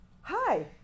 hi